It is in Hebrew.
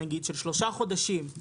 גיד של שלושה חודשים,